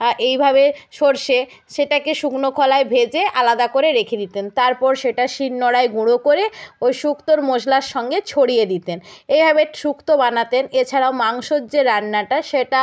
হ্যাঁ এইভাবে সর্ষে সেটাকে শুকনো খোলায় ভেজে আলাদা করে রেখে দিতেন তারপর সেটা শিলনোড়ায় গুঁড়ো করে ওই শুক্তোর মশলার সঙ্গে ছড়িয়ে দিতেন এভাবে শুক্তো বানাতেন এছাড়াও মাংসর যে রান্নাটা সেটা